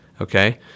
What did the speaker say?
Okay